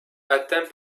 atteint